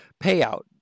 payout